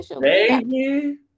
baby